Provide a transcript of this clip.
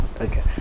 Okay